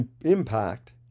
impact